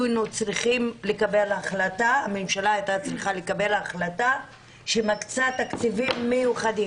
הייתה צריכה לקבל החלטה שמקצה תקציבים מיוחדים.